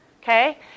Okay